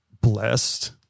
blessed